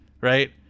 right